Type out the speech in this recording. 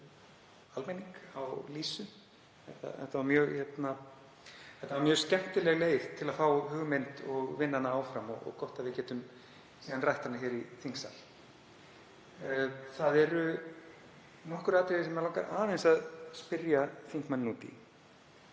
almenning á LÝSU. Þetta var mjög skemmtileg leið til að fá hugmynd og vinna hana áfram og gott að við getum síðan rætt hana hér í þingsal. Það eru nokkur atriði sem mig langar aðeins að spyrja þingmanninn út í.